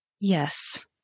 Yes